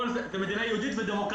פה זו מדינה יהודית ודמוקרטית,